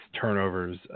turnovers